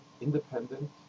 independent